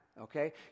okay